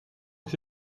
aux